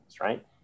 right